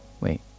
Wait